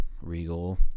Regal